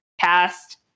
past